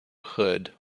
hood